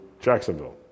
Jacksonville